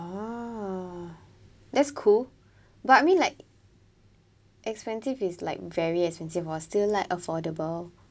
ah that's cool but I mean like expensive is like very expensive orh still like affordable